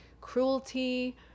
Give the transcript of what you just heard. cruelty